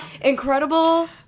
incredible